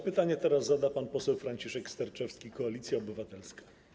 Pytanie teraz zada pan poseł Franciszek Sterczewski, Koalicja Obywatelska.